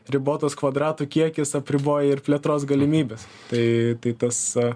ribotas kvadratų kiekis apriboja ir plėtros galimybes tai tai tas